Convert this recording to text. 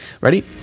Ready